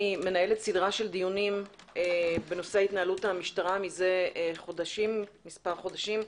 אני מנהלת סדרת דיונים בנושא התנהלות המשטרה מזה מספר חודשים.